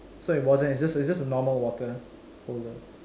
so it wasn't it's just just a normal water holder